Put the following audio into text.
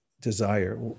desire